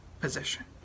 position